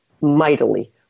mightily